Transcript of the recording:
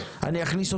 אני אכניס אתכם בנפרד.